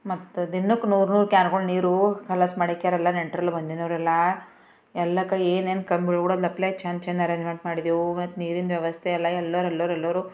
ಮತ್ತೆ ದಿನಕ್ಕೆ ನೂರು ನೂರು ಕ್ಯಾನ್ಗಳು ನೀರು ಖಲಾಸ್ ಮಾಡಿಕ್ಯರಲ್ಲ ನೆಂಟರೆಲ್ಲ ಬಂದಿರೋರೆಲ್ಲ ಎಲ್ಲಾಕ್ಕ ಏನೇನು ಕಂಡ್ಗೂಡನ್ನಪ್ಲೈ ಚೆಂದ ಚೆಂದ ಅರೇಂಜ್ಮೆಂಟ್ ಮಾಡಿದೆವು ಮತ್ತೆ ನೀರಿಂದು ವ್ಯವಸ್ಥೆ ಎಲ್ಲ ಎಲ್ಲರೆಲ್ಲರೆಲ್ಲರೂ